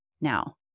Now